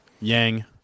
Yang